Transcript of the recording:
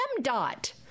MDOT